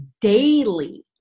daily